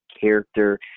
character